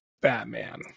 batman